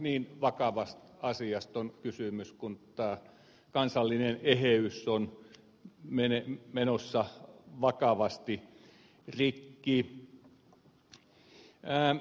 niin vakavasta asiasta on kysymys kun kansallinen eheys on menossa vakavasti rikki